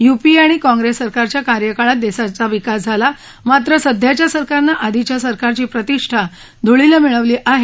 UPA आणि काँग्रेस सरकारच्या कार्यकाळात देशाचा विकास झाला मात्र सध्याच्या सरकारनं आधीच्या सरकारची प्रतिष्ठा धुळीला मिळवली आहे